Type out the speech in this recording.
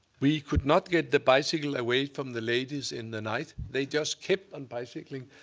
we could not get the bicycle away from the ladies in the night. they just kept on bicycling.